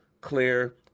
clear